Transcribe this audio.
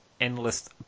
endless